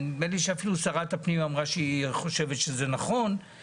ונדמה לי שאפילו שרת הפנים אמרה שהיא חושבת שזה נכון,